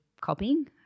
copying